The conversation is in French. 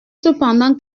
cependant